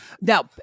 Now